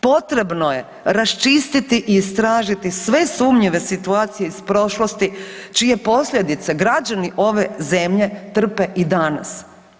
Potrebno je raščistiti i istražiti sve sumnjive situacije iz prošlosti čije posljedice građani ove zemlje trpe i danas.